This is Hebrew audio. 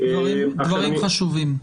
דברים חשובים.